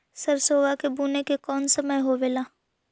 सरसोबा के बुने के कौन समय होबे ला?